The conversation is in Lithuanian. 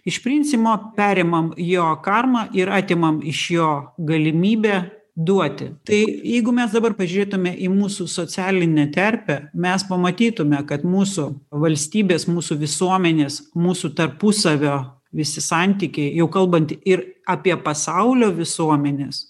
iš principo perimam jo karmą ir atimam iš jo galimybę duoti tai jeigu mes dabar pažiūrėtume į mūsų socialinę terpę mes pamatytume kad mūsų valstybės mūsų visuomenės mūsų tarpusavio visi santykiai jau kalbant ir apie pasaulio visuomenes